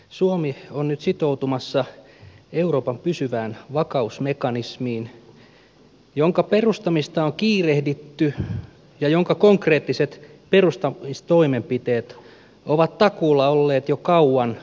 suomi on nyt sitoutumassa euroopan pysyvään vakausmekanismiin jonka perustamista on kiirehditty ja jonka konkreettiset perustamistoimenpiteet ovat takuulla olleet jo kauan käynnissä